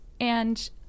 And-